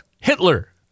Hitler